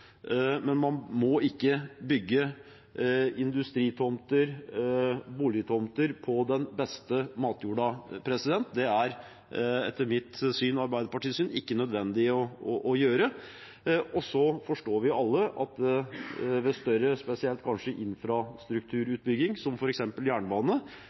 men man må ikke ha industritomter og boligtomter på den beste matjorda. Det er etter mitt og Arbeiderpartiets syn ikke nødvendig. Så forstår vi alle at ved større utbygginger, kanskje spesielt infrastrukturutbygging som f.eks. jernbane,